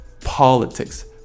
politics